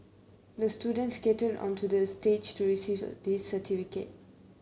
the student skated onto the stage to receive this certificate